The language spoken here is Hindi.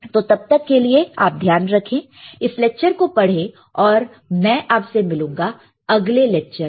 तो तब तक के लिए आप ध्यान रखें इस लेक्चर को पढ़ें और मैं आपसे मिलूंगा अगले लेक्चर में